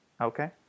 Okay